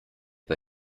bei